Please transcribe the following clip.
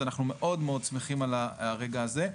אז אנחנו מאוד מאוד שמחים על הרגע הזה.